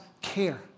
care